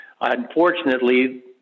unfortunately